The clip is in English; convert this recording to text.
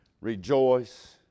rejoice